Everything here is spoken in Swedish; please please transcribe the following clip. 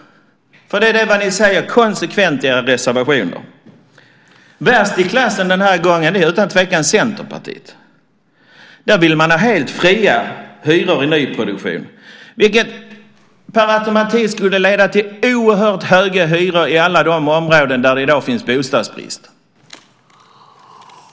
För det är vad ni säger konsekvent i era reservationer. Värst i klassen den här gången är utan tvekan Centerpartiet. Där vill man ha helt fria hyror i nyproduktion, vilket per automatik skulle leda till oerhört höga hyror i alla de områden där det i dag finns bostadsbrist.